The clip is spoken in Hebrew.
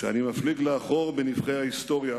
כשאני מפליג לאחור בנבכי ההיסטוריה